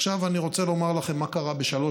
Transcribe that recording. עכשיו אני רוצה לומר לכם מה קרה בשלוש